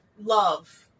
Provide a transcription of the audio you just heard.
love